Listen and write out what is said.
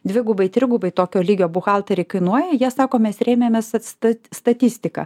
dvigubai trigubai tokio lygio buhalterei kainuoja jie sako mes rėmėmės atsta statistika